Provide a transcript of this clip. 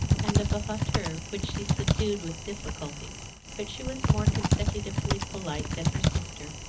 and of a hauteur which she subdued with difficulty but she was more consecutively polite than her sister,